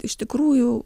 iš tikrųjų